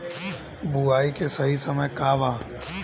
बुआई के सही समय का वा?